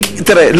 תראה,